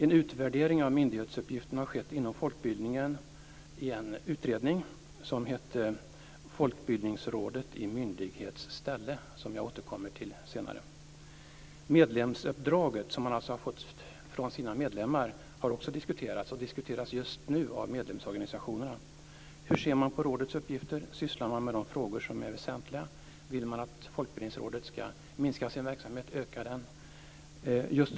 En utvärdering av myndighetsuppgifterna inom folkbildningen har gjorts i en utredning med titeln Folkbildningsrådet i myndighets ställe, som jag återkommer till senare. Också det medlemsuppdrag som rådet har fått av sina medlemmar har diskuterats, och det diskuteras just nu av medlemsorganisationerna. Hur ser man då på rådets uppgifter? Sysslar det med de frågor som är väsentliga? Vill man att Folkbildningsrådet skall minska sin verksamhet eller öka den?